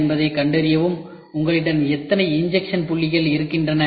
என்பதைக் கண்டறியவும் உங்களிடம் எத்தனை இன்ஜெக்ஷன் புள்ளிகள் இருக்க வேண்டும்